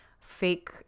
fake